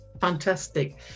fantastic